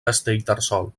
castellterçol